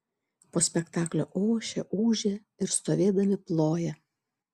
po spektaklio ošia ūžia ir stovėdami ploja